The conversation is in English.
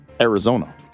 Arizona